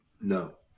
No